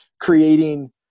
creating